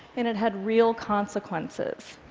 and it had real consequences,